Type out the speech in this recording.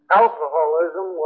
alcoholism